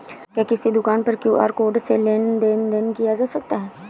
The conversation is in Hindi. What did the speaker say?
क्या किसी दुकान पर क्यू.आर कोड से लेन देन देन किया जा सकता है?